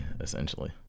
essentially